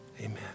Amen